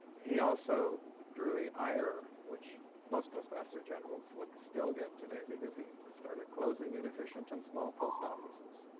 he also drew the ire which most postmasters general would still get today because he started closing inefficient and small post offices.